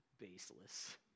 baseless